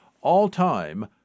all-time